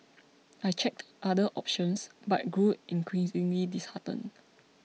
I checked other options but grew increasingly disheartened